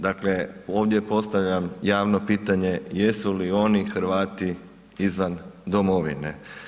Dakle ovdje postavljam javno pitanje jesu li oni Hrvati izvan domovine?